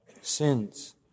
sins